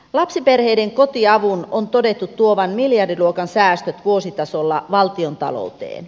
lapsiperheiden kotiavun on todettu tuovan miljardiluokan säästöt vuositasolla valtiontalouteen